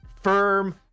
firm